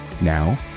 Now